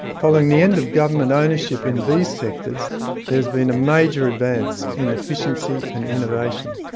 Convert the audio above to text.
following the end of government ownership in these sectors there has been a major advance in efficiency and innovation.